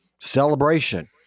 celebration